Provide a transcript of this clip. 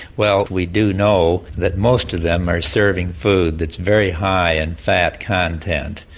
well, we do know that most of them are serving food that's very high in fat content.